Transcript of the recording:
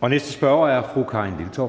Kl. 13:37 Anden næstformand (Jeppe